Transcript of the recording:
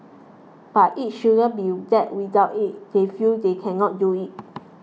but it shouldn't be that without it they feel they can not do it